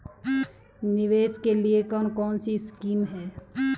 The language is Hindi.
निवेश के लिए कौन कौनसी स्कीम हैं?